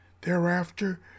Thereafter